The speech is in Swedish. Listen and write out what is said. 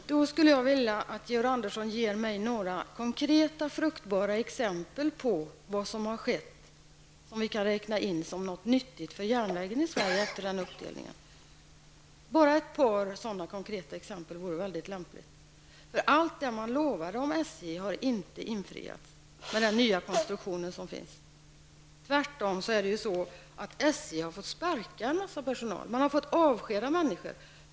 Herr talman! Då skulle jag vilja att Georg Andersson ger mig några konkreta, fruktbara exempel på vad som har skett, som vi kan räkna in som något nyttigt för järnvägen i Sverige efter den uppdelningen. Bara ett par sådana konkreta exempel vore mycket lämpligt. Allt det man lovade om SJ med den nya konstruktionen har nämligen inte infriats. Tvärtom, har SJ fått sparka en stor del av personalen.